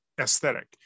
aesthetic